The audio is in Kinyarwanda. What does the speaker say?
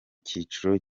cyiciro